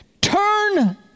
turn